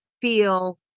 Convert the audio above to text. feel